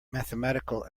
mathematical